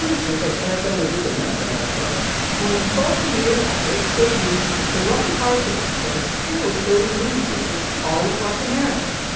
and sort of i sat down and did the math on my crime more than forty years after its debut the rocky horror picture show still phil's movie theaters all across america.